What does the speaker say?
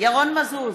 ירון מזוז,